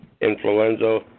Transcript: influenza